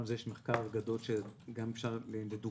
ויש מחקר גדול שגם אפשר לראות.